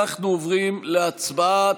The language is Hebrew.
אנחנו עוברים להצבעה,